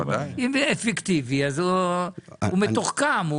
אם הוא פיקטיבי אז הוא מתוחכם,